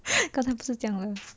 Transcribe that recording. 刚才不是讲了